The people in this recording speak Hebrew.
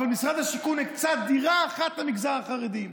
אבל משרד השיכון הקצה דירה אחת למגזר החרדי.